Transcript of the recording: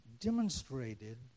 demonstrated